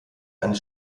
einen